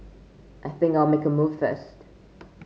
I think I'll make a move first